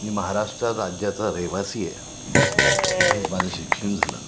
मी महाराष्ट्र राज्याचा रहिवासी आहे इथेच माझं शिक्षण झालं